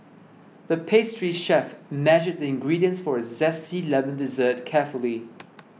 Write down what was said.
the pastry chef measured the ingredients for a Zesty Lemon Dessert carefully